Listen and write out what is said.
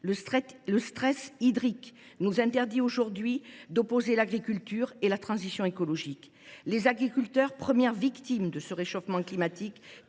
le stress hydrique nous interdisent aujourd’hui d’opposer l’agriculture et la transition écologique. Les agriculteurs, premières victimes du réchauffement climatique,